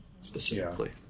specifically